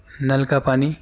نل کا پانی